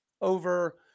over